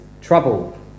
trouble